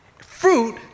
Fruit